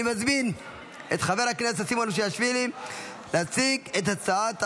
אני מזמין את חבר הכנסת סימון מושיאשוילי להציג את הצעת החוק.